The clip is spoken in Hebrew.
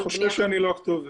אני חושש שאני לא הכתובת.